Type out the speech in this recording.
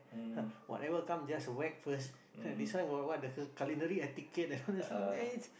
!ha! whatever come just whack first !ha! this one got what the k~ culinary etiquette